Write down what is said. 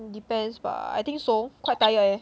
depends bah I think so quite tired eh